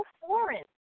foreign